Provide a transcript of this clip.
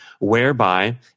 whereby